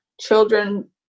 Children